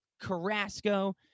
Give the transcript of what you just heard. Carrasco